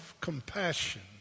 compassion